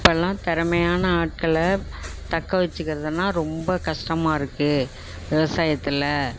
இப்போல்லாம் திறமையான ஆட்களை தக்க வெச்சுக்கறதுன்னா ரொம்ப கஷ்டமாக இருக்குது விவசாயத்தில்